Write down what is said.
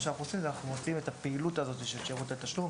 מה שאנחנו עושים זה שאנחנו מוציאים את הפעילות הזאת של שירותי תשלום